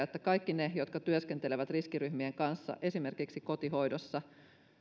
että kaikki ne jotka työskentelevät riskiryhmien kanssa esimerkiksi kotihoidossa